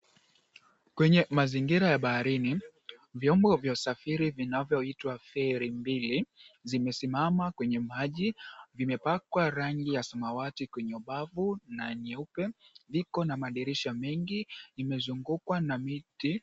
Kwenye mazingira ya baharini, viombo vya usafiri vinavyo itwaferi mbili zimesimama kwenye maji vimepakwa rangi ya samawati kwenye ubavu na nyeupe. Viko na madirisha mengi vimezungukwa na miti.